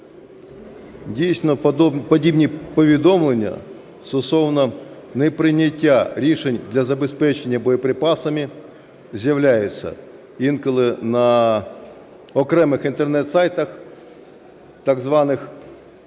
Дійсно, подібні повідомлення стосовно неприйняття рішень для забезпечення боєприпасами з'являються інколи на окремих Інтернет-сайтах так званих